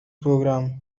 program